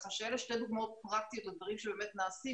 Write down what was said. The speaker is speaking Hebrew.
אלה שתי דוגמאות פרקטיות לדברים שבאמת נעשים.